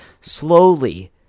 slowly